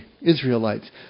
Israelites